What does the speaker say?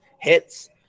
hits